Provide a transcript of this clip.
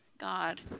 God